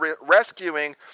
rescuing